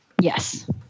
yes